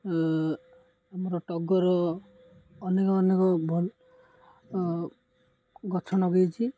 ଆମର ଟଗର ଅନେକ ଅନେକ ଭଲ ଗଛ ଲଗାଇଛି